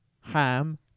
Ham